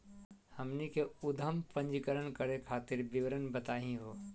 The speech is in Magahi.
हमनी के उद्यम पंजीकरण करे खातीर विवरण बताही हो?